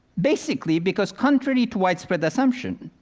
basically because, contrary to widespread assumption,